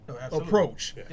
approach